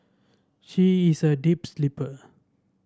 she is a deep sleeper